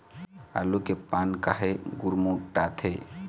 आलू के पान काहे गुरमुटाथे?